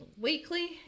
weekly